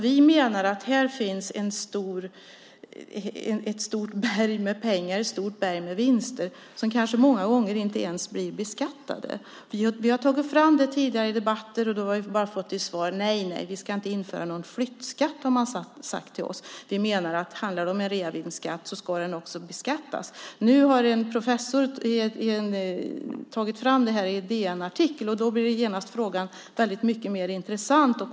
Vi menar att här finns ett stort berg av vinster som många gånger kanske inte ens blir beskattade. Vi har fört fram det i tidigare debatter och då bara fått till svar att det inte ska införas någon flyttskatt. Vi menar att handlar det om en reavinst ska den också beskattas. Nu har en professor lyft fram detta i en DN-artikel, och då blir frågan genast väldigt mycket mer intressant.